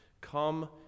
come